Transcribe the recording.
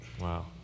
Wow